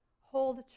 hold